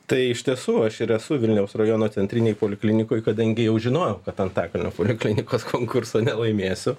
tai iš tiesų aš ir esu vilniaus rajono centrinėj poliklinikoj kadangi jau žinojau kad antakalnio poliklinikos konkurso nelaimėsiu